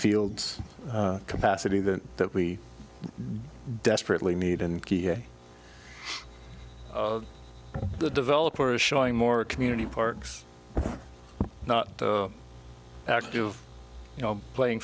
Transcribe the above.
fields capacity that that we desperately need and the developer is showing more community parks not active you know playing